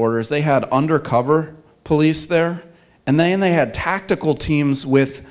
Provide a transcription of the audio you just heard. orders they had undercover police there and then they had tactical teams with